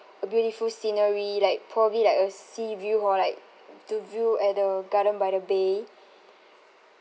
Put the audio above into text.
a beautiful scenery like probably like a sea view or like to view at the garden by the bay